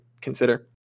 consider